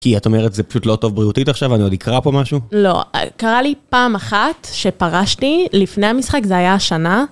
כי את אומרת שזה פשוט לא טוב בריאותית עכשיו? אני עוד אקרא פה משהו? לא, קרה לי פעם אחת שפרשתי לפני המשחק, זה היה השנה.